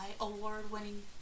award-winning